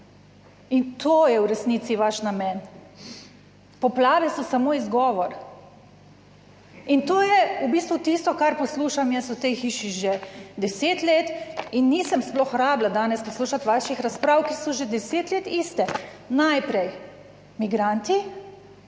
In to je v resnici vaš namen. Poplave so samo izgovor In to je v bistvu tisto kar poslušam jaz v tej hiši že deset let in nisem sploh rabila danes poslušati vaših razprav, ki so že 10 let iste. Najprej migranti,